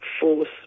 force